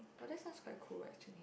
but that sounds quite cool actually